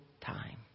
time